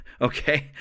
okay